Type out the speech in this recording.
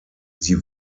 sie